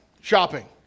shopping